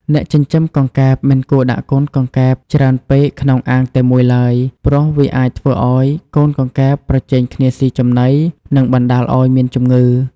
អ្នកចិញ្ចឹមកង្កែបមិនគួរដាក់កូនកង្កែបច្រើនពេកក្នុងអាងតែមួយឡើយ ព្រោះវាអាចធ្វើឲ្យកូនកង្កែបប្រជែងគ្នាសុីចំណី និងបណ្តាលឲ្យមានជំងឺ។